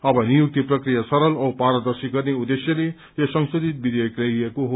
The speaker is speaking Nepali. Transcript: अव नियुक्ति प्रक्रिया सरल औ पारदर्शी गर्ने उद्खेश्यले यो संशोधित विधेयक ल्याइएको हो